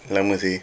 lama seh